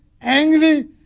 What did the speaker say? angry